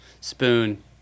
Spoon